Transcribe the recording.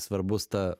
svarbus ta